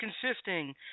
consisting